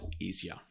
easier